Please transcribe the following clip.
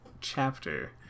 chapter